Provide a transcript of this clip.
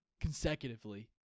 consecutively